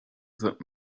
that